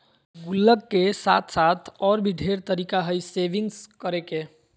गुल्लक के साथ साथ और भी ढेर तरीका हइ सेविंग्स करे के